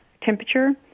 temperature